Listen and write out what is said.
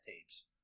tapes